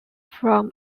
from